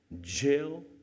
jail